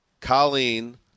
Colleen